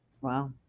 Wow